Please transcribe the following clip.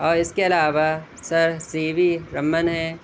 اور اس کے علاوہ سر سی وی رمن ہیں